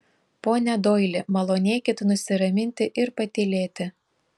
pone doili malonėkit nusiraminti ir patylėti